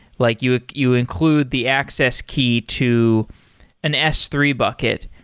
like you you include the access key to an s three bucket.